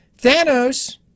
Thanos